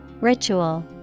Ritual